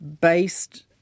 based